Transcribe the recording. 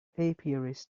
apiarist